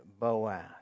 Boaz